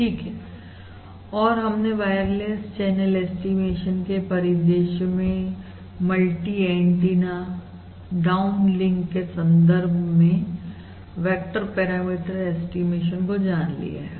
ठीक है और हमने वायरलेस चैनल ऐस्टीमेशन के परिदृश्य में मल्टी एंटीना डाउन लिंक के संदर्भ में वेक्टर पैरामीटर ऐस्टीमेशन को जान लिया है